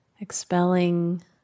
expelling